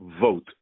vote